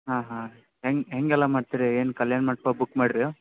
ಹಾಂ ಹಾಂ ಹೆಂಗೆ ಹೇಗೆಲ್ಲ ಮಾಡ್ತೀರಿ ಏನು ಕಲ್ಯಾಣ ಮಂಟಪ ಬುಕ್ ಮಾಡೀರ್ಯಾ